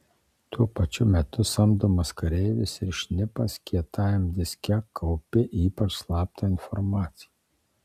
tuo pačiu metu samdomas kareivis ir šnipas kietajam diske kaupi ypač slaptą informaciją